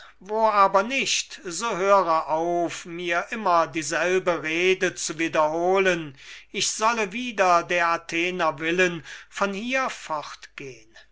wo aber nicht so höre auf mir immer dieselbe rede zu wiederholen ich solle wider der athener willen von hier fortgehn